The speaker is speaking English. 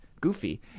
goofy